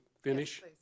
finish